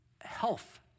health